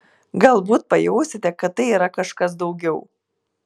galbūt pajausite kad tai yra kažkas daugiau